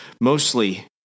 mostly